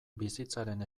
bizitzaren